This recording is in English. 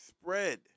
Spread